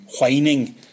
whining